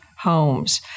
homes